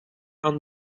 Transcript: aan